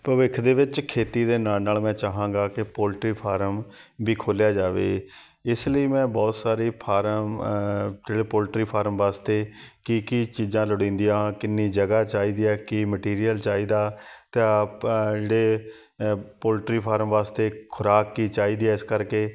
ਭਵਿੱਖ ਦੇ ਵਿੱਚ ਖੇਤੀ ਦੇ ਨਾਲ ਨਾਲ ਮੈਂ ਚਾਹਾਂਗਾ ਕਿ ਪੋਲਟਰੀ ਫਾਰਮ ਵੀ ਖੋਲ੍ਹਿਆ ਜਾਵੇ ਇਸ ਲਈ ਮੈਂ ਬਹੁਤ ਸਾਰੇ ਫਾਰਮ ਜਿਹੜੇ ਪੋਲਟਰੀ ਫਾਰਮ ਵਾਸਤੇ ਕੀ ਕੀ ਚੀਜ਼ਾਂ ਲੋੜੀਦੀਆਂ ਕਿੰਨੀ ਜਗ੍ਹਾ ਚਾਹੀਦੀ ਹੈ ਕੀ ਮਟੀਰੀਅਲ ਚਾਹੀਦਾ ਤਾਂ ਪ ਜਿਹੜੇ ਪੋਲਟਰੀ ਫਾਰਮ ਵਾਸਤੇ ਖੁਰਾਕ ਕੀ ਚਾਹੀਦੀ ਹੈ ਇਸ ਕਰਕੇ